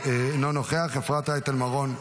אפרת רייטן מרום,